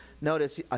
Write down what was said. Notice